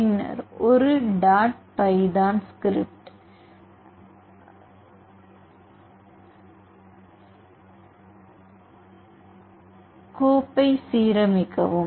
பின்னர் ஒரு dot Python script கோப்பை சீரமைக்கவும்